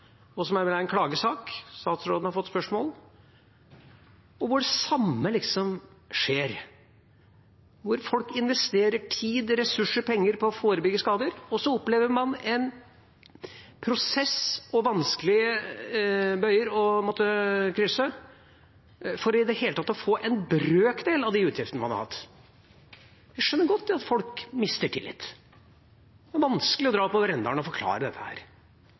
som vel er en klagesak – statsråden har fått spørsmålene – hvor det samme skjer: Folk investerer tid, ressurser og penger på å forebygge skader, og så opplever man en prosess og vanskelige bøyer å måtte runde for i det hele tatt å få en brøkdel av de utgiftene man har hatt. Jeg skjønner godt at folk mister tillit. Det er vanskelig å dra oppover Rendalen og forklare dette.